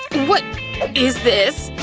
what is this!